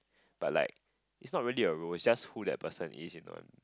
but like it's not really a role is just who that person is you know